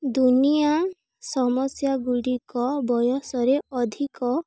ଦୁନିଆ ସମସ୍ୟା ଗୁଡ଼ିକ ବୟସରେ ଅଧିକ